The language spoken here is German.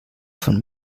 von